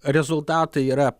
rezultatai yra